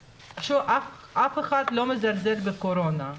אף אחד לא מזלזל בקורונה,